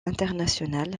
international